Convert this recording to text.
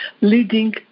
leading